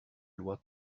loi